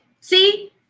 See